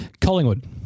Collingwood